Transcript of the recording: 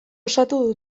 osatu